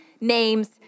names